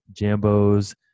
Jambos